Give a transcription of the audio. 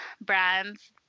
brands